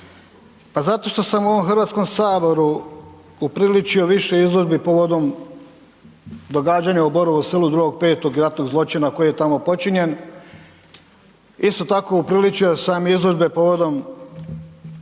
Pa zato što sam u ovom HS upriličio više izložbi povodom događanja u Borovu Selu 2.5. i ratnog zločina koji je tamo počinjen. Isto tako upriličio sam izložbe povodom